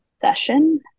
session